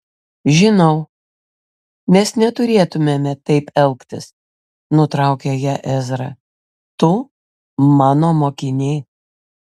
žinau mes neturėtumėme taip elgtis nutraukė ją ezra tu mano mokinė